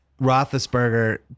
Roethlisberger